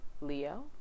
Leo